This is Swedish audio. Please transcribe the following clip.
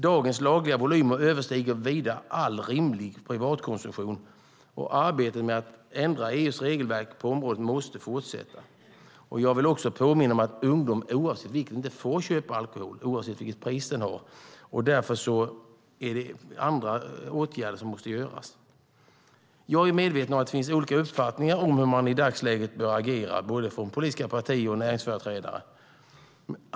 Dagens lagliga volymer överstiger vida all rimlig privatkonsumtion, och arbetet med att ändra EU:s regelverk på området måste fortsätta. Jag vill också påminna om att ungdomar inte får köpa alkohol oavsett vilket pris den har. Därför måste andra åtgärder vidtas. Jag är medveten om att det finns olika uppfattningar om hur man i dagsläget bör agera från både politiska partier och näringsföreträdare.